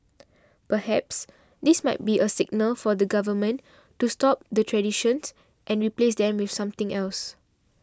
perhaps this might be a signal from the government to stop the traditions and replace them with something else